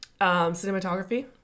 Cinematography